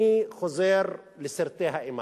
אני חוזר לסרטי האימה,